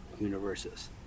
universes